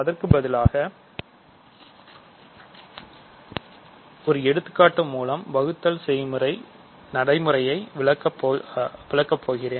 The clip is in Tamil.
அதற்கு பதிலாக ஒரு எடுத்துக்காட்டு மூலம் வகுத்தல் செய்யும் நடைமுறையை விளக்கப் போகிறேன்